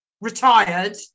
retired